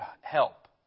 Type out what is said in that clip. help